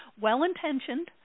well-intentioned